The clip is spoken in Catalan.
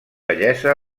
bellesa